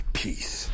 peace